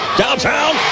downtown